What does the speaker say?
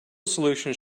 solutions